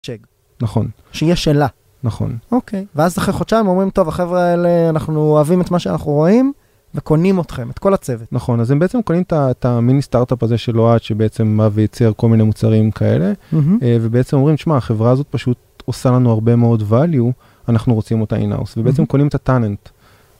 נכון. שיש שאלה. נכון. ואז אחרי חודשיים אומרים טוב החברה האלה אנחנו אוהבים את מה שאנחנו רואים וקונים אתכם את כל הצוות. נכון אז הם בעצם קונים את המיני סטארט-אפ הזה של אונה שבעצם הציע כל מיני מוצרים כאלה. ובעצם אומרים שמה החברה הזאת פשוט עושה לנו הרבה מאוד value אנחנו רוצים אותה in-house ובעצם קונים את הטאלנט.